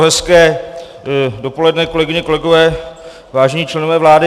Hezké dopoledne, kolegyně, kolegové, vážení členové vlády.